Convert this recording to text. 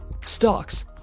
stocks